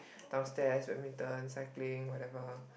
downstairs badminton cycling whatever